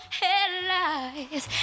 headlights